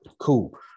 Cool